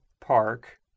Park